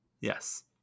Yes